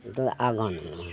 तऽ आगा नेमान